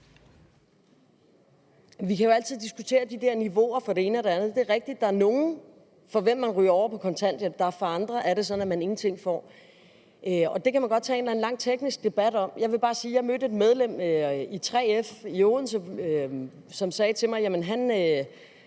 Vi kan jo altid diskutere de der niveauer for det ene og det andet. Det er rigtigt, at nogle ryger over på kontanthjælp, og for andre er det sådan, at man ingenting får. Det kan man godt tage en lang teknisk debat om. Jeg vil bare sige, at jeg mødte et medlem af 3F i Odense, og han sagde til mig, at han